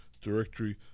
directory